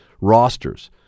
rosters